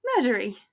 murdery